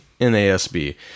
NASB